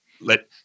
let